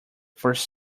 first